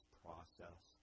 process